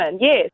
yes